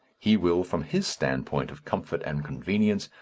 he will, from his standpoint of comfort and convenience,